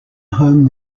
home